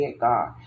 God